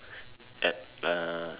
at uh